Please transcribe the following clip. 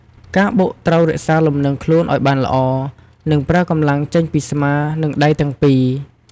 អ្នកបុកត្រូវរក្សាលំនឹងខ្លួនឱ្យបានល្អ និងប្រើកម្លាំងចេញពីស្មា និងដៃទាំងពីរ។